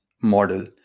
model